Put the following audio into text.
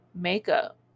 makeup